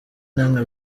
namwe